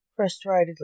frustratedly